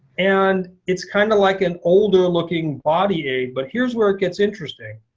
and it's kind of like an older looking body aid. but here's where it gets interesting.